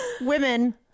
women